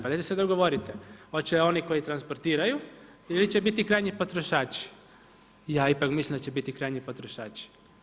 Pa dajte se dogovorite, hoće oni koji transportiraju ili će biti krajnji potrošači? ja ipak mislim da će biti krajnji potrošači.